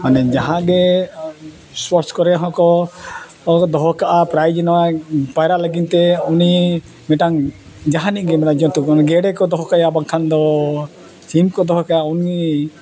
ᱢᱟᱱᱮ ᱡᱟᱦᱟᱸ ᱜᱮ ᱥᱯᱳᱨᱴᱥ ᱠᱚᱨᱮ ᱦᱚᱸᱠᱚ ᱫᱚᱦᱚ ᱠᱟᱜᱼᱟ ᱯᱨᱟᱭᱤᱡᱽ ᱱᱚᱣᱟ ᱯᱟᱭᱨᱟᱜ ᱞᱟᱹᱜᱤᱫ ᱛᱮ ᱩᱱᱤ ᱢᱤᱫᱴᱟᱝ ᱡᱟᱦᱟᱱᱤᱡ ᱜᱮ ᱢᱟᱱᱮ ᱡᱚᱱᱛᱩ ᱠᱚ ᱜᱮᱰᱮ ᱠᱚ ᱫᱚᱦᱚ ᱠᱟᱭᱟ ᱵᱟᱝᱠᱷᱟᱱ ᱫᱚ ᱥᱤᱢ ᱠᱚ ᱫᱚᱦᱚ ᱠᱟᱭᱟ ᱩᱱᱤ